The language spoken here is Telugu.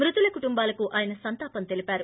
మృతుల కుటుంబాలకు ఆయన సంతాపం తలిపారు